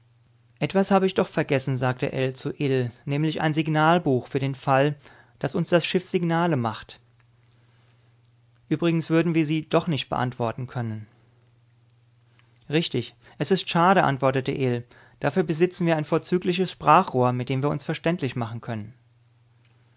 etwas habe ich doch vergessen sagte ell zu ill nämlich ein signalbuch für den fall daß uns das schiff signale macht übrigens würden wir sie doch nicht beantworten können richtig es ist schade antwortete ill dafür besitzen wir ein vorzügliches sprachrohr mit dem wir uns verständlich machen können